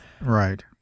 Right